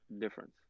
difference